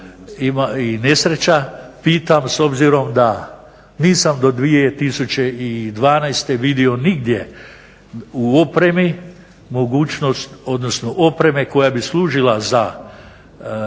Ima i nesreća, pitam s obzirom da nisam do 2012. vidio nigdje u opremi mogućnost, odnosno opreme koja bi služila za